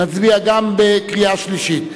נצביע גם בקריאה שלישית.